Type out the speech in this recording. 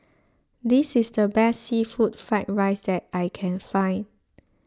this is the best Seafood Fried Rice that I can find